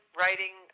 writing